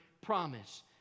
promise